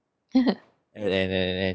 and and and and and and